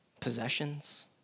possessions